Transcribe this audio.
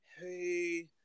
hey